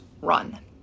run